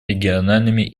региональными